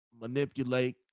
manipulate